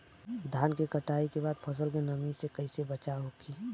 धान के कटाई के बाद फसल के नमी से कइसे बचाव होखि?